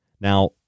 Now